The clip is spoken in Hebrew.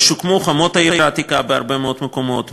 שוקמו חומות העיר העתיקה בהרבה מאוד מקומות,